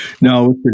No